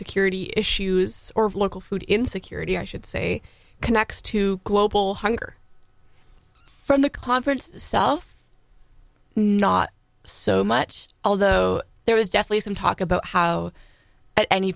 security issues or local food insecurity i should say connects to global hunger from the conference self not so much although there was deathly some talk about how at any